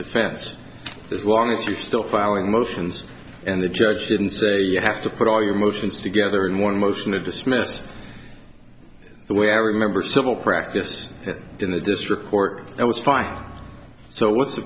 defense as long as you're still filing motions and the judge didn't say you have to put all your motions together in one motion to dismiss the way i remember civil practice in the district court it was fine so what's the